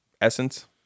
essence